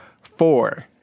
four